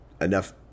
enough